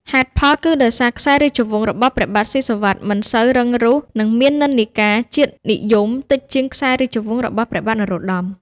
ហេតុផលគឺដោយសារខ្សែរាជវង្សរបស់ព្រះបាទស៊ីសុវត្ថិមិនសូវរឹងរូស និងមាននិន្នាការជាតិនិយមតិចជាងខ្សែរាជវង្សរបស់ព្រះបាទនរោត្តម។